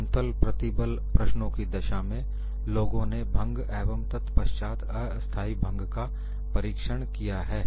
समतल प्रतिबल प्रश्नों की दशा में लोगों ने भंग एवं तत्पश्चात अस्थाई भंग का परीक्षण किया है